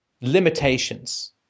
limitations